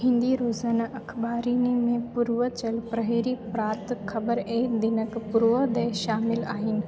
हिंदी रोज़ाना अख़बारनि में पूर्वांचल प्रहरी प्रातः ख़बर ऐं दैनिक पूर्वोदय शामिलु आहिनि